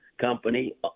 company